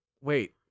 wait